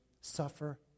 suffer